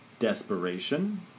desperation